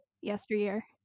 yesteryear